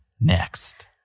next